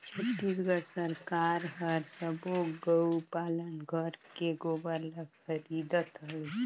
छत्तीसगढ़ सरकार हर सबो गउ पालन घर के गोबर ल खरीदत हवे